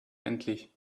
endlich